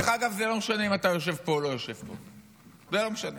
דרך אגב, זה לא משנה